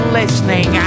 listening